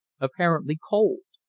apparently cold.